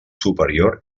superior